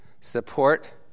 support